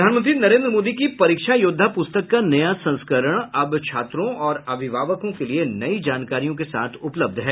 प्रधानमंत्री नरेंद्र मोदी की परीक्षा योद्धा पुस्तक का नया संस्करण अब छात्रों और अभिभावकों के लिए नई जानकारियों के साथ उपलब्ध है